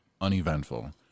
uneventful